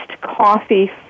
coffee